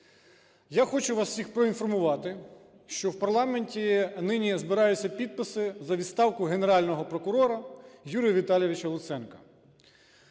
Я хочу вас всіх проінформувати, що в парламенті нині я збираю всі підписи за відставку Генерального прокурора Юрія Віталійовича Луценка.